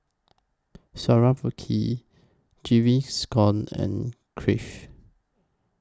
Swarovski Gaviscon and Crave